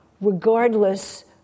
regardless